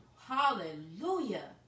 hallelujah